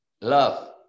love